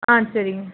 ஆ சரிங்க